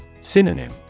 Synonym